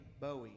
bowie